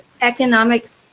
economics